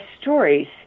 stories